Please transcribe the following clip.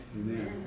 Amen